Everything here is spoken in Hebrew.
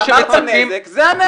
אמרת נזק, זה הנזק.